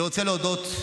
אני רוצה להודות.